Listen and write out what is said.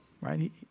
Right